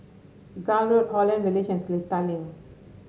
Gul Road Holland Village and Seletar Link